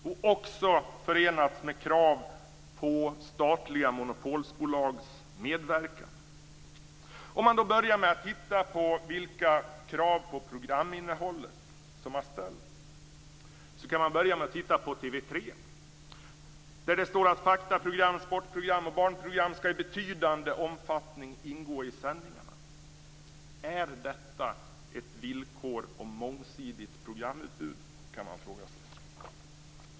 De har också förenats med krav på statliga monopolbolags medverkan. Vi börjar med att titta på vilka krav på programinnehållet som har ställts på TV 3. Det står i regeringsbeslutet att faktaprogram, sportprogram och barnprogram i betydande omfattning skall ingå i sändningarna. Man kan fråga sig om detta är villkor som skapar ett mångsidigt programutbud.